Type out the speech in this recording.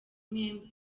mwembi